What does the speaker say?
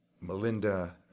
Melinda